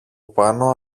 πάνω